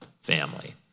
Family